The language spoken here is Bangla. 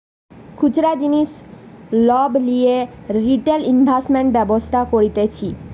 খুচরা জিনিস সব লিয়ে রিটেল ইনভেস্টর্সরা ব্যবসা করতিছে